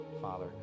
Father